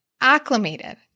acclimated